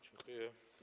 Dziękuję.